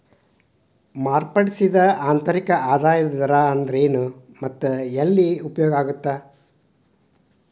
ಮಾರ್ಪಡಿಸಿದ ಆಂತರಿಕ ಆದಾಯದ ದರ ಅಂದ್ರೆನ್ ಮತ್ತ ಎಲ್ಲಿ ಯೂಸ್ ಆಗತ್ತಾ